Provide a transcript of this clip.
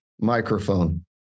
microphone